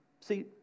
See